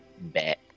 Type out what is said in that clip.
Bet